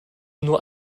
nur